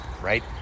right